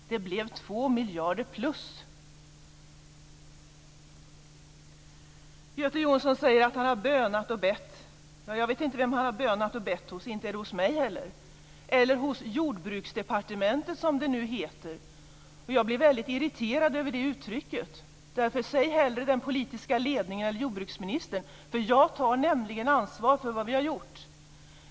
Det blev 2 miljarder kronor plus. Göte Jonsson säger att han har bönat och bett. Jag vet inte vem han har bönat och bett hos. Inte är det hos mig eller hos Jordbruksdepartementet, som det nu heter. Jag blir väldigt irriterad över det uttrycket. Säg hellre den politiska ledningen eller jordbruksministern. Jag tar nämligen ansvar för vad vi har gjort.